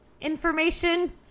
information